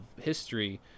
history